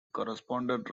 corresponded